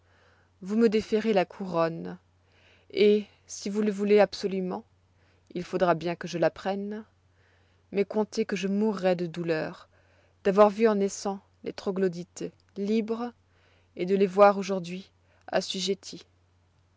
vous me déférez la couronne et si vous le voulez absolument il faudra bien que je la prenne mais comptez que je mourrai de douleur d'avoir vu en naissant les troglodytes libres et de les voir aujourd'hui assujettis